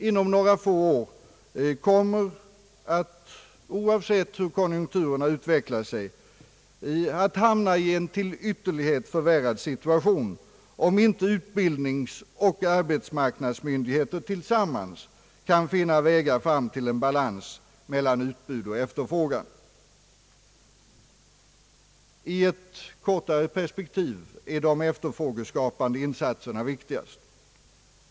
Inom några få år kommer vi — oavsett hur konjunkturerna utvecklar sig — att hamna i en till ytterlighet förvärrad situation om inte utbildningsoch arbetsmarknadsmyndigheter tillsammans kan finna vägar fram till en balans mellan utbud och efterfrågan. I ett kortare perspektiv är de efterfrågeskapande insatserna viktigast.